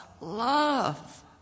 love